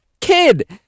kid